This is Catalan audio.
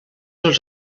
els